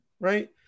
right